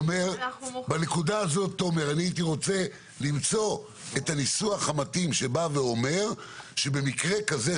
בנקודה הזאת אני הייתי רוצה למצוא את הניסוח המתאים שמסדיר במקרה כזה,